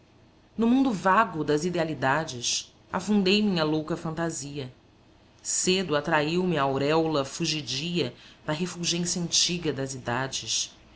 no mundo vago das idealidades afundei minha louca fantasia cedo atraiu me a auréola fugidia da refulgência antiga das idades